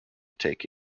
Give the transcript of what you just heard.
take